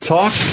talk